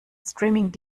streaming